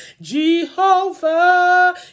jehovah